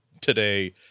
today